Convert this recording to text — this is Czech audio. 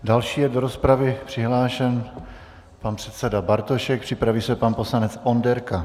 Další je do rozpravy přihlášen pan předseda Bartošek, připraví se pan poslanec Onderka.